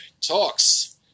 talks